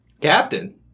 Captain